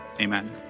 amen